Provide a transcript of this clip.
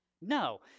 No